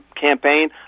campaign